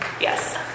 yes